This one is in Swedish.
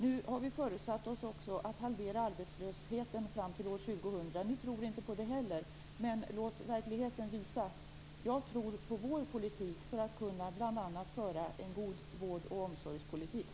Nu har vi föresatt oss att också halvera arbetslösheten fram till år 2000. Ni tror inte på det heller, men låt verkligheten visa. Jag tror på vår politik om vi vill kunna bedriva en god vård och omsorgspolitik.